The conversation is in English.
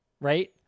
right